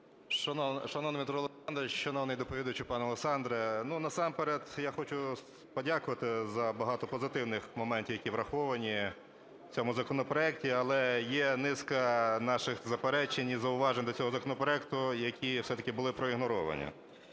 Шановний Дмитро Олександрович! Шановний доповідачу пане Олександре! Насамперед, я хочу подякувати за багато позитивних моментів, які враховані в цьому законопроекті. Але є низка наших заперечень і зауважень до цього законопроекту, які все-таки були проігноровані.